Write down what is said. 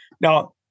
Now